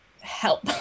help